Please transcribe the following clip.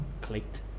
clicked